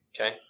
Okay